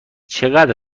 چقدر